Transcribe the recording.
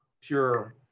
pure